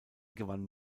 gewann